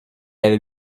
avait